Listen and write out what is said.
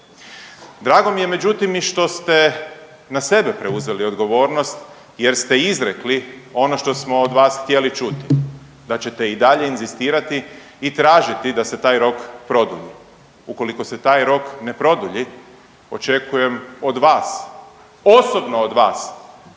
Drago mi je međutim i što ste na sebe preuzeli odgovornost jer ste izrekli ono što smo od vas htjeli čuti da ćete i dalje inzistirati i tražiti da se taj rok produlji. Ukoliko se taj rok ne produlji očekujem od vas, osobno od vas